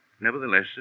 nevertheless